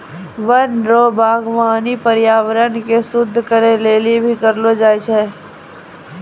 वन रो वागबानी पर्यावरण के शुद्ध करै लेली भी करलो जाय छै